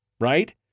Right